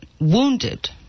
wounded